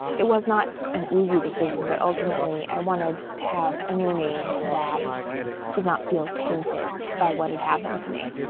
it was not an easy decision but ultimately i wanted to have a new name that did not feel tainted by what had happened to me.